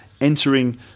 entering